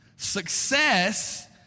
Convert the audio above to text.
Success